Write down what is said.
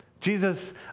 Jesus